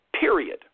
period